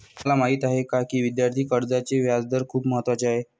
तुम्हाला माहीत आहे का की विद्यार्थी कर्जाचे व्याजदर खूप महत्त्वाचे आहेत?